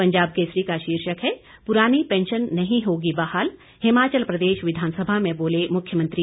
पंजाब केसरी का शीर्षक है पुरानी पेंशन नहीं होगी बहाल हिमाचल प्रदेश विधानसभा में बोले मुख्यमंत्री